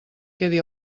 quedi